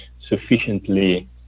sufficiently